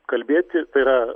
kalbėti tai yra